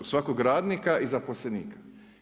I svakog radnika i zaposlenika.